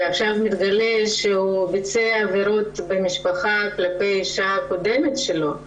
עכשיו מתגלה שהוא ביצע עבירות במשפחה כלפי האישה הקודמת שלו,